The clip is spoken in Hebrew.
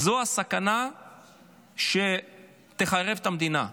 זו הסכנה שהמדינה תיחרב.